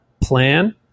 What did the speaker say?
plan